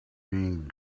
being